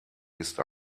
ist